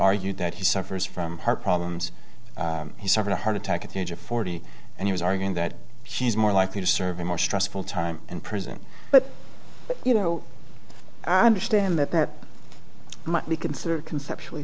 argued that he suffers from heart problems he suffered a heart attack at the age of forty and he was arguing that she's more likely to serve a more stressful time in prison but you know i understand that that might be considered conceptual